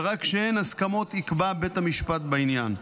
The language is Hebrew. ורק כשאין הסכמות יקבע בית המשפט בעניין.